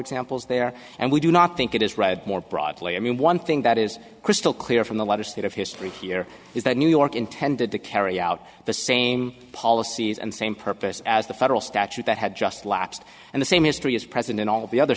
examples there and we do not think it is read more broadly i mean one thing that is crystal clear from the legislative history here is that new york intended to carry out the same policies and same purpose as the federal statute that had just lapsed and the same history is present in all the other